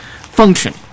function